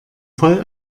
voll